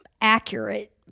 accurate